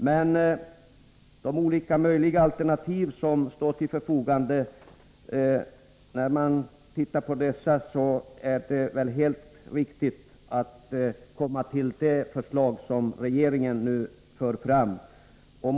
Men när man ser på de olika alternativ som står till förfogande, så ter det sig riktigt att ansluta sig till regeringens nu framlagda förslag.